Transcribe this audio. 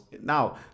Now